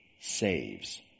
saves